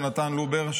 יהונתן לובר,